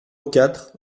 quatre